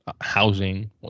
housing